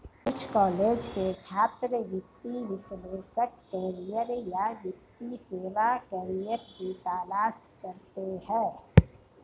कुछ कॉलेज के छात्र वित्तीय विश्लेषक करियर या वित्तीय सेवा करियर की तलाश करते है